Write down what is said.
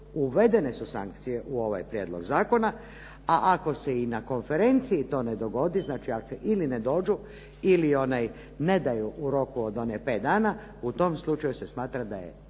uvedene su sankcije u ovaj prijedlog zakona, a ako se i na konferenciji to ne dogodi znači ili ne dođu ili ne daju u roku od 5 dana, u tom slučaju se smatra da je